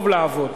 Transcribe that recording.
טוב לעבוד.